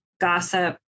gossip